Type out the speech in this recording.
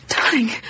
Darling